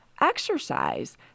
exercise